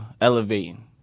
elevating